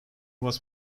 was